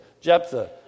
Jephthah